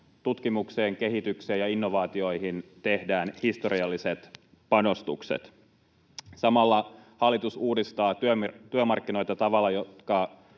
tutkimukseen, kehitykseen ja innovaatioihin tehdään historialliset panostukset. Samalla hallitus uudistaa työmarkkinoita tavalla, jotka